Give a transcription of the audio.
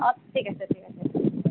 অঁ ঠিক আছে ঠিক আছে